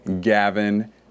gavin